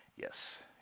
Yes